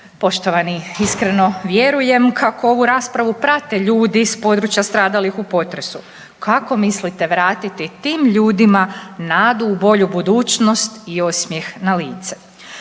Poštovani iskreno vjerujem kako ovu raspravu prate ljudi s područja stradalih u potresu. Kako mislite vratiti tim ljudima nadu u bolju budućnost i osmjeh na lice?